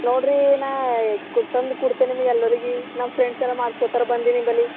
ನೋಡ್ರೀ ನಾ ಕು ತಂದು ಕುಡ್ತೆ ನಿಮ್ಗೆ ಎಲ್ಲರಿಗು ನಮ್ಮ ಫ್ರೆಂಡ್ಸ್ ಎಲ್ಲ ಮಾಡ್ಸ್ಕೊಡ್ತಾರ ಬಂದು ನಿಂಬಲ್ಲಿ